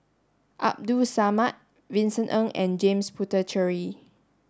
Abdul Samad Vincent Ng and James Puthucheary